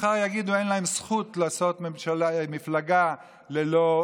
מחר יגידו: אין להם זכות למפלגה לג'ינג'ים.